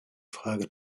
frage